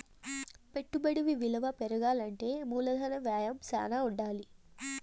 పెట్టుబడి విలువ పెరగాలంటే మూలధన వ్యయం శ్యానా ఉండాలి